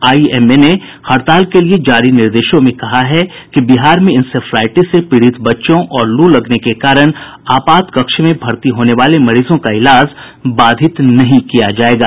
IMA ने हड़ताल के लिए जारी निर्देशों में कहा है कि बिहार में इंसेफ्लाईटिस से पीड़ित बच्चों और लू लगने के कारण आपात कक्ष में भर्ती होने वाले मरीजों का इलाज बाधित नहीं किया जायेगा